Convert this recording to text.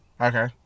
Okay